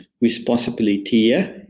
responsibility